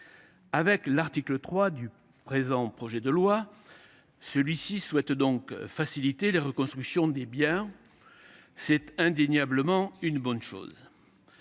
Avec l’article 3 du présent projet de loi, il souhaite faciliter les reconstructions des biens. C’est indéniablement une bonne chose.